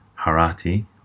Harati